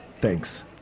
Thanks